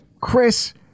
Chris